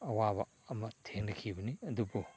ꯑꯋꯥꯕ ꯑꯃ ꯊꯦꯡꯅꯈꯤꯕꯅꯤ ꯑꯗꯨꯕꯨ